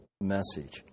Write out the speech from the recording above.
message